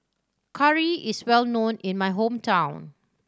curry is well known in my hometown